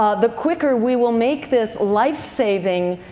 the quicker we will make this life-saving,